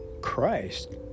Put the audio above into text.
Christ